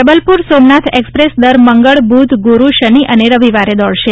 Jabalpur Somnath express દર મંગળ બુધ ગુરુ શનિ અને રવિવારે દોડશે